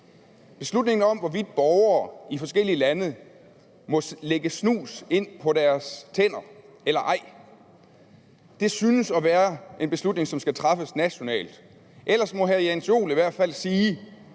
Beslutningen om, hvorvidt borgerne i de forskellige lande må lægge snus ind på deres tænder eller ej, synes at være en beslutning, som skal træffes nationalt. Ellers må hr. Jens Joel i hvert fald sige,